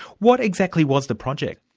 what exactly was the project?